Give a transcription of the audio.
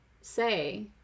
say